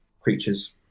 creatures